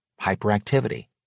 hyperactivity